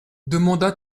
demanda